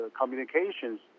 communications